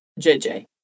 JJ